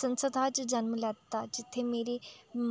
संस्था च जन्म लैता जि'त्थें मेरे